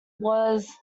was